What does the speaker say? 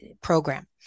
program